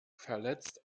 verletzt